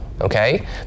okay